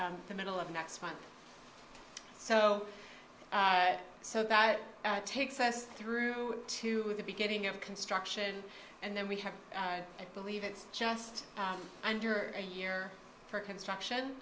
f the middle of next month so so that takes us through to the beginning of construction and then we have i believe it's just under a year for construction